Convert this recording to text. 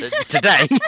today